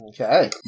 Okay